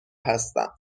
هستم